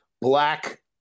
black